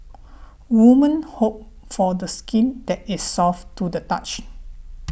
women hope for the skin that is soft to the touch